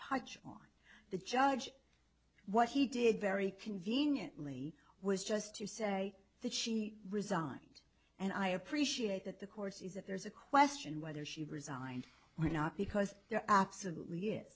touch on the judge what he did very conveniently was just to say that she resigned and i appreciate that the course is that there's a question whether she resigned or not because there absolutely i